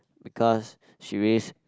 because she raised